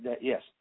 yes